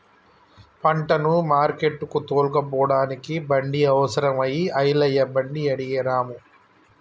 పంటను మార్కెట్టుకు తోలుకుపోడానికి బండి అవసరం అయి ఐలయ్య బండి అడిగే రాము